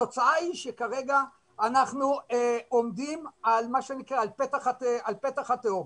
התוצאה היא שכרגע אנחנו עומדים על פתח התהום.